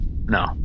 No